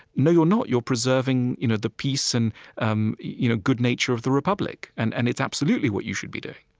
no, you're not. you're preserving you know the peace and the um you know good nature of the republic, and and it's absolutely what you should be doing.